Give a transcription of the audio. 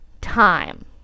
time